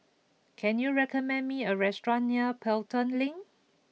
can you recommend me a restaurant near Pelton Link